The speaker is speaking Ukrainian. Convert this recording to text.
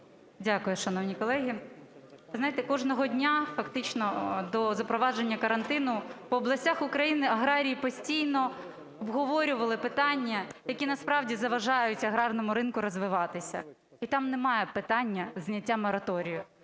Дякую, шановні колеги. Ви знаєте, кожного дня фактично, до запровадження карантину, в областях України аграрії постійно обговорювали питання, які насправді заважають аграрному ринку розвиватися. І там немає питання зняття мораторію.